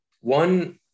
One